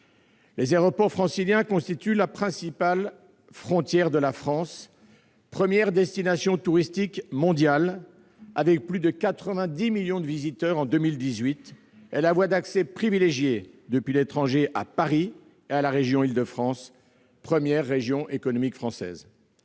Les aéroports franciliens constituent la principale frontière de la France, elle-même première destination touristique mondiale, avec plus de 90 millions de visiteurs en 2018, et la voie d'accès privilégiée depuis l'étranger à Paris et à la région d'Île-de-France, première région économique française.